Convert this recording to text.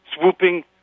Swooping